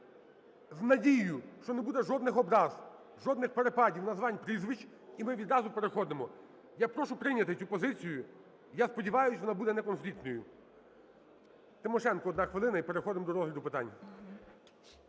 з надією, що не буде жодних образ, жодних перепадів, називань прізвищ, і ми відразу переходимо. Я прошу прийняти цю позицію, я сподіваюся, що вона буде неконфліктною. Тимошенко, одна хвилина. І переходимо до розгляду питань.